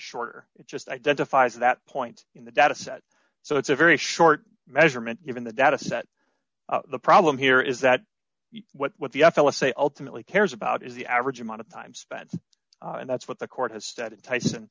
shorter it just identifies that point in the data set so it's a very short measurement given the data set the problem here is that what the f l s say ultimately cares about is the average amount of time spent and that's what the court has stated tyson